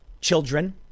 Children